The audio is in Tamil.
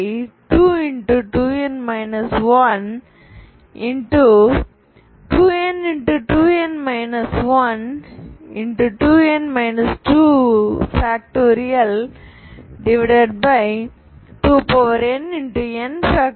2nn 2